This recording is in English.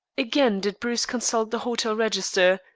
again did bruce consult the hotel register,